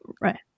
Right